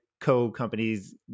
co-companies